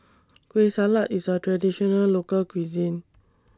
Kueh Salat IS A Traditional Local Cuisine